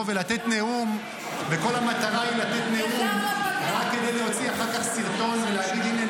ולתת נאום רק כדי להוציא אחר כך סרטון ולהגיד: הינה,